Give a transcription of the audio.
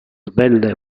belle